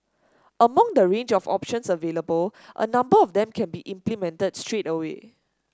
among the range of options available a number of them can be implemented straight away